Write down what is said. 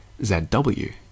ZW